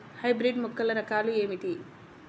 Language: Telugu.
హైబ్రిడ్ మొక్కల రకాలు ఏమిటీ?